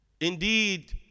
Indeed